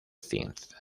zinc